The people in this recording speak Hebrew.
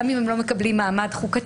גם אם הם לא מקבלים מעמד חוקתי,